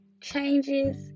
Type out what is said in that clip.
changes